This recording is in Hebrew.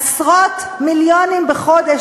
עשרות מיליונים בחודש,